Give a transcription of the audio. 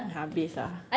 habis lah